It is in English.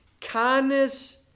kindness